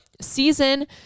season